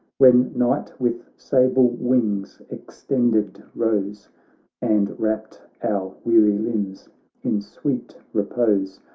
when night with sable wings extended rose and wrapt our weary limbs in sweet repose,